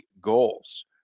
goals